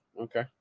Okay